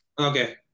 Okay